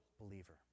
believer